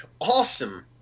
awesome